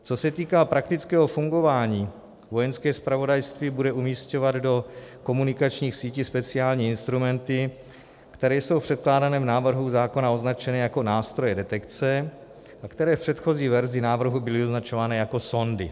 Co se týká praktického fungování, Vojenské zpravodajství bude umisťovat do komunikačních sítí speciální instrumenty, které jsou v předkládaném návrhu zákona označeny jako nástroje detekce a které v předchozí verzi návrhu byly označované jako sondy.